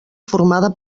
formada